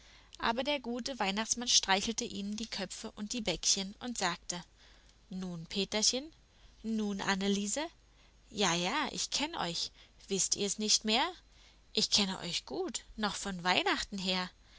aber der gute weihnachtsmann streichelte ihnen die köpfe und die bäckchen und sagte nun peterchen nun anneliese jaja ich kenn euch wißt ihr's nicht mehr ich kenne euch gut noch von weihnachten her